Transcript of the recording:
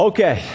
Okay